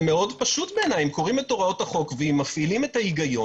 זה מאוד פשוט בעיניי: אם קוראים את הוראות החוק ומפעילים את ההיגיון